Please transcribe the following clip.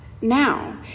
now